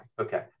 Okay